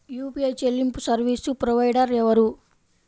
UPI చెల్లింపు service provider ఎవరు?